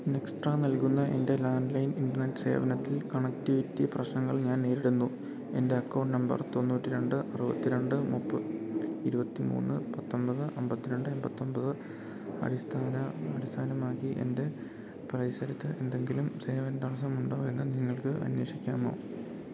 നെക്സ്ട്രാ നൽകുന്ന എൻ്റെ land line internet സേവനത്തിൽ കണക്റ്റിവിറ്റി പ്രശ്നങ്ങൾ ഞാൻ നേരിടുന്നു എൻ്റെ അക്കൗണ്ട് നമ്പർ തൊണ്ണൂറ്റി രണ്ട് അറുപത്തി രണ്ട് ഇരുപത്തി മൂന്ന് മുപ്പത്തി ഒന്പത് അന്പത്തിരണ്ട് എണ്പത്തി ഒന്പത് അടിസ്ഥാനമാക്കി എൻ്റെ പരിസരത്ത് എന്തെങ്കിലും സേവന തടസ്സമുണ്ടോ എന്നു നിങ്ങൾക്ക് അന്വേഷിക്കാമോ